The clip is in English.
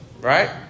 Right